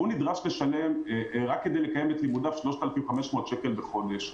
הוא נדרש לשלם רק כדי לקיים את לימודיו 3,500 שקל בחודש.